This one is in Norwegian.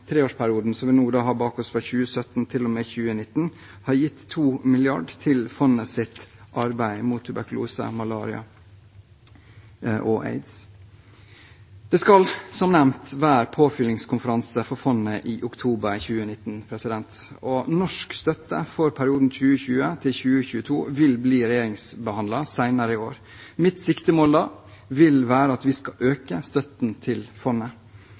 treårsperioden som vi nå har bak oss, fra og med 2017 til og med 2019, ha gitt 2 mrd. kr til fondets arbeid mot tuberkulose, malaria og aids. Det skal som nevnt være påfyllingskonferanse for fondet i oktober 2019. Norsk støtte for perioden 2020–2022 vil bli regjeringsbehandlet senere i år. Mitt siktemål vil da være at vi skal øke støtten til fondet.